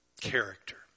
character